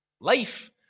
Life